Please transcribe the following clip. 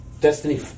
Destiny